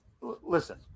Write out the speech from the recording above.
listen